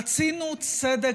רצינו צדק.